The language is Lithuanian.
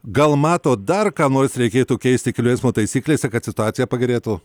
gal matot dar ką nors reikėtų keisti kelių eismo taisyklėse kad situacija pagerėtų